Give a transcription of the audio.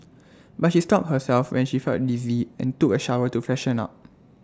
but she stopped herself when she felt dizzy and took A shower to freshen up